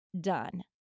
done